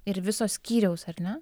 ir viso skyriaus ar ne